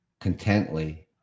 contently